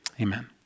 amen